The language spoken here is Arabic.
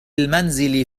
المنزل